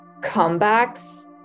comebacks